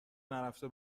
نرفته